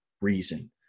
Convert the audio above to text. reason